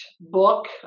book